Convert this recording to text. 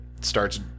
starts